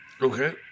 Okay